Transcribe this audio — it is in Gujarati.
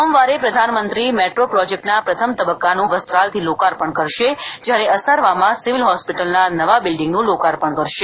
સોમવારે પ્રધાનમંત્રી મેટ્રો પ્રોજેક્ટના પ્રથમ તબક્કાનું વસ્ત્રાલથી લોકાર્પણ કરશે જયારે અસારવામાં સિવિલ હોસ્પિટલના નવા બિલ્ડીંગનું લોકાર્પણ કરશે